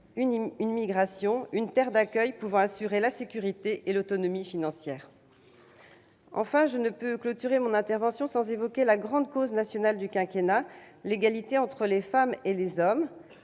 une migration, une terre d'accueil pouvant assurer la sécurité et l'autonomie financière. Enfin, je ne peux clôturer mon intervention sans évoquer la grande cause nationale du quinquennat : l'égalité entre les femmes et les hommes.